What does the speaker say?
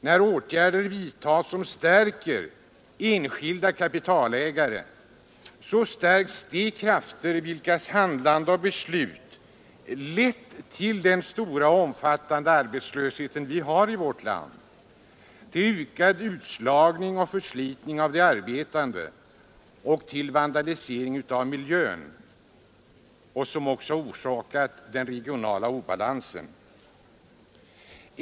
När åtgärder vidtas som stärker enskilda kapitalägare, så stärks de krafter vilkas handlande och beslut lett till den stora och omfattande arbetslöshet vi har i vårt land, till ökad utslagning och förslitning av de arbetande, till vandalisering av miljön och till den regionala obalansen.